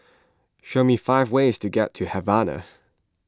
show me five ways to get to Havana